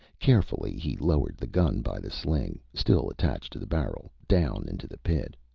carefully he lowered the gun by the sling, still attached to the barrel, down into the pit.